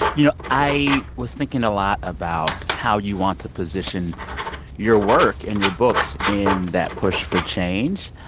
you know, i was thinking a lot about how you want to position your work in your books in that push for change.